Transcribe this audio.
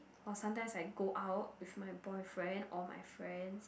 or sometimes I go out with my boyfriend or my friends